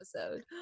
episode